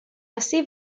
así